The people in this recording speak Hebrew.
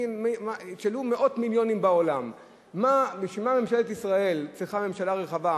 תשאלו מאות מיליונים בעולם בשביל מה מדינת ישראל צריכה ממשלה רחבה,